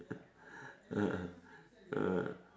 (uh huh) uh